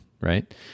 right